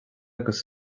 agus